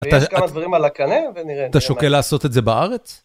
ויש כמה דברים על הקנה, ונראה נראה מה. אתה שוקל לעשות את זה בארץ?